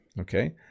okay